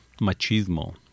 machismo